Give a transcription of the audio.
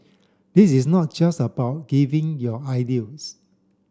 this is not just about giving your ideas